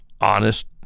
honest